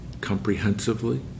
comprehensively